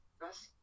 best